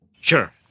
Sure